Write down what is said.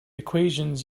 equations